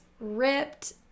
ripped